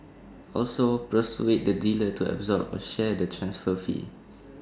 also persuade the dealer to absorb or share the transfer fee